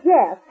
Yes